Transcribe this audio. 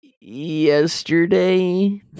yesterday